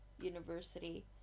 university